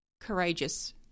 courageous